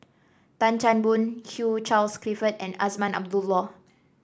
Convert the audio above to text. Tan Chan Boon Hugh Charles Clifford and Azman Abdullah